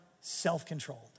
self-controlled